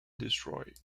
destroyed